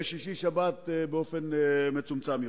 ובשישי-שבת באופן מצומצם יותר.